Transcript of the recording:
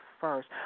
first